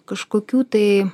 kažkokių tai